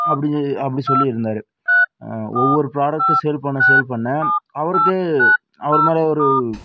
அப்படி அப்படி சொல்லிருந்தார் ஒவ்வொரு ப்ராடக்ட்டும் சேல் பண்ண சேல் பண்ண அவருக்கு அவர் மேலே ஒரு